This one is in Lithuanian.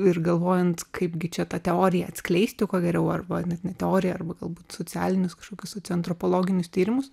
ir galvojant kaipgi čia tą teoriją atskleisti kuo geriau arba net ne teoriją arba galbūt socialinius kažkokius socioantropologinius tyrimus